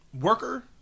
worker